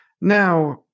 Now